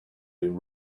been